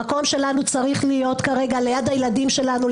המקום שלנו צריך להיות כרגע ליד הילדים שלנו,